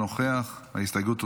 אינו נוכח, ההסתייגות הוסר.